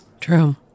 true